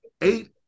eight